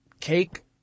Cake